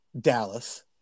Dallas